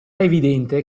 evidente